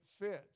fits